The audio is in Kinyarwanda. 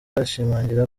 ashimangira